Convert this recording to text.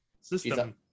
system